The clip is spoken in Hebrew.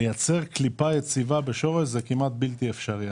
לייצר קליפה יציבה בשורש, זה כמעט בלתי אפשרי.